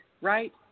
right